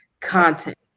content